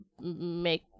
make